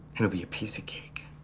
it'll be a piece of cake.